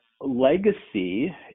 legacy